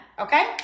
Okay